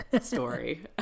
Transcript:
story